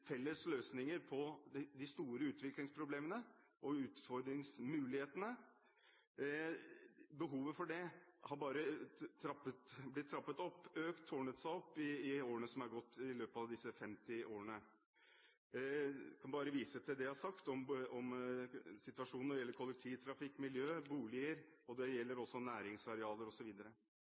felles løsninger på de store utviklingsproblemene og utfordringsmulighetene, tårnet seg opp i løpet av disse 50 årene. Jeg kan bare vise til det jeg har sagt om situasjonen når det gjelder kollektivtrafikk, miljø, boliger, næringsarealer osv. Nå bør regjeringen og